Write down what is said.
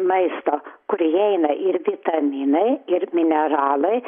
maisto kur įeina ir vitaminai ir mineralai